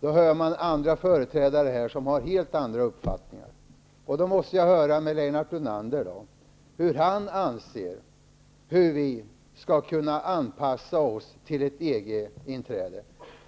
Då hör man företrädare för olika partier som har helt andra uppfattningar. Jag måste höra efter hur Lennart Brunander anser att vi skall kunna anpassa oss till ett EG-inträde.